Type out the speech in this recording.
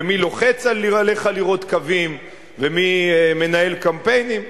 ומי לוחץ עליך לראות קווים, ומי מנהל קמפיינים.